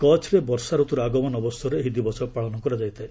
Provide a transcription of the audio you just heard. କଚ୍ଛରେ ବର୍ଷା ଋତୁର ଆଗମନ ଅବସରରେ ଏହି ଦିବସ ପାଳନ କରାଯାଇଥାଏ